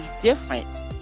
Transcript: different